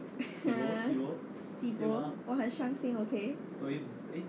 sibo 我很伤心 okay